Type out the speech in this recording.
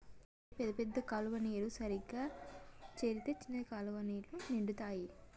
అయితే పెద్ద పెద్ద కాలువ నీరు సరిగా చేరితే చిన్న కాలువలు నిండుతాయి